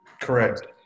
Correct